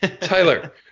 Tyler